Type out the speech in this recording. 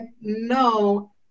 no